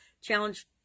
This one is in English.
Challenge